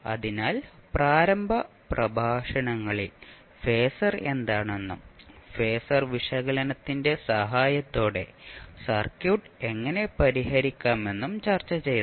അതിനാൽ പ്രാരംഭ പ്രഭാഷണങ്ങളിൽ ഫേസർ എന്താണെന്നും ഫേസർ വിശകലനത്തിന്റെ സഹായത്തോടെ സർക്യൂട്ട് എങ്ങനെ പരിഹരിക്കാമെന്നും ചർച്ച ചെയ്തു